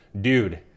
Dude